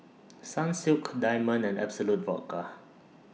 Sunsilk Diamond and Absolut Vodka